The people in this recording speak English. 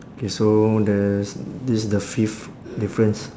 K so the this the fifth difference